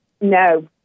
No